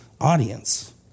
audience